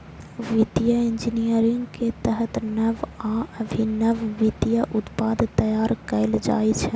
वित्तीय इंजीनियरिंग के तहत नव आ अभिनव वित्तीय उत्पाद तैयार कैल जाइ छै